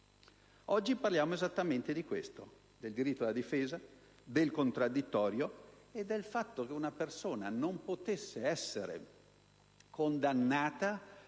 Oggi parliamo esattamente di questo, del diritto alla difesa, del contraddittorio e del fatto che una persona non possa essere condannata